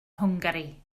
hwngari